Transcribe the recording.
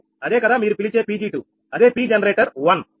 అదే కదా మీరు పిలిచే Pg2 అదే P జనరేటర్ 1